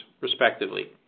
respectively